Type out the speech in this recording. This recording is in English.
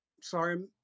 Sorry